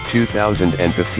2015